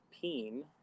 peen